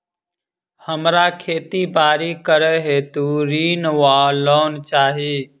हमरा खेती बाड़ी करै हेतु ऋण वा लोन चाहि?